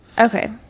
Okay